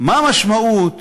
מה המשמעות